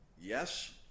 yes